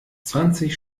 zwanzig